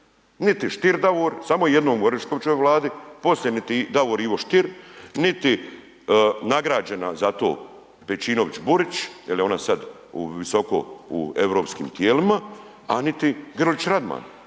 niti Stier Davor, samo je jednom u Oreškovićevoj Vladi, poslije niti Davor Ivo Stier, niti nagrađena za to Pejčinović Burić jel je ona sad visoko u europskim tijelima, a niti Grlić Radman,